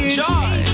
joy